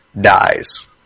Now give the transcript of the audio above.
dies